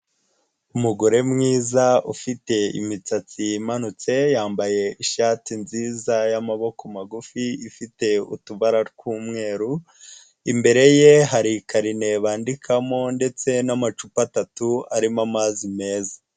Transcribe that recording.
Umugore mwiza ufite imisatsi imutse yambaye ishati nziza y'amaboko magufi ifite utubara tw'umweru imbere ye hari ikarine yandikamo ndetse n'amacupa atatu arimo amazi meza.